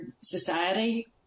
society